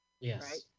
Yes